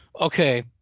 Okay